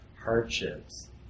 hardships